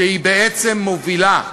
שהיא בעצם מובילה בעולם,